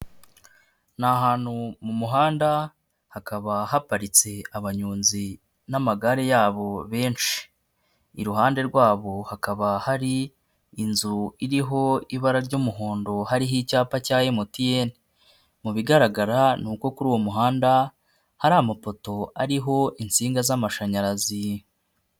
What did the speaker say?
Ni ahantutu mu muhanda hakaba haparitse abanyonzi n'amagare yabo benshi, iruhande rwabo hakaba hari inzu iriho ibara ry'umuhondo hariho icyapa cya MTN. Mu bigaragara ni uko kuri uwo muhanda hari amapoto ariho insinga z'amashanyarazi.